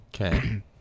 okay